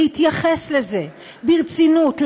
להתייחס לזה ברצינות,